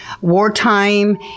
Wartime